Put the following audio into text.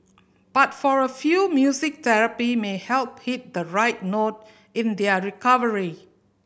but for a few music therapy may help hit the right note in their recovery